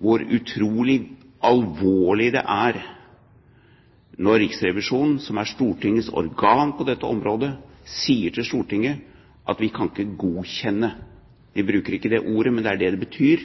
hvor utrolig alvorlig det er når Riksrevisjonen, som er Stortingets kontrollorgan på dette området, sier til Stortinget at de ikke kan godkjenne – de bruker ikke det ordet, men det er det det betyr